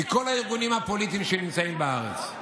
של כל הארגונים הפוליטיים שנמצאים בארץ.